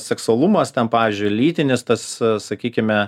seksualumas ten pavyzdžiui lytinis tas sakykime